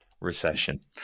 recession